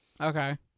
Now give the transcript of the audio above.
Okay